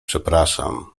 przepraszam